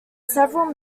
several